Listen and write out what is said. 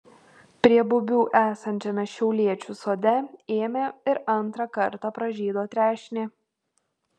prie bubių esančiame šiauliečių sode ėmė ir antrą kartą pražydo trešnė